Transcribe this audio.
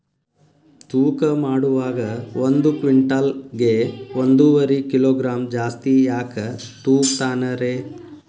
ತೂಕಮಾಡುವಾಗ ಒಂದು ಕ್ವಿಂಟಾಲ್ ಗೆ ಒಂದುವರಿ ಕಿಲೋಗ್ರಾಂ ಜಾಸ್ತಿ ಯಾಕ ತೂಗ್ತಾನ ರೇ?